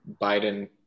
Biden